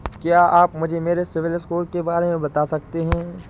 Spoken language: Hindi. क्या आप मुझे सिबिल स्कोर के बारे में बता सकते हैं?